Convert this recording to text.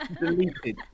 deleted